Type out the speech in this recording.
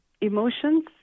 Emotions